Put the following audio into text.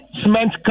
cement